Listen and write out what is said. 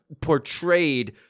portrayed